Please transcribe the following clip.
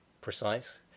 precise